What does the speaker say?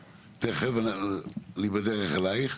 תכף, אני בדרך אלייך.